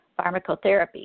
Pharmacotherapy